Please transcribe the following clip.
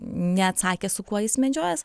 neatsakė su kuo jis medžiojęs